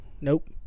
Nope